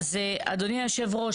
אז אדוני יושב הראש,